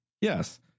Yes